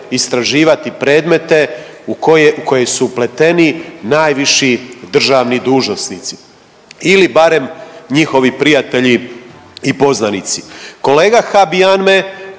istraživati predmete u koje su upleteni najviši državni dužnosnici ili barem njihovi prijatelji ili poznanici.